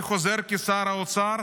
אני חוזר כשר האוצר,